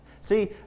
See